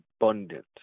abundant